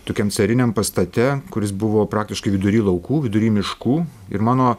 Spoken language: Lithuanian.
tokiam cariniam pastate kuris buvo praktiškai vidury laukų vidury miškų ir mano